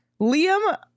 Liam